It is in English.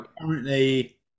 Currently